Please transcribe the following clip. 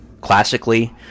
classically